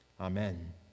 Amen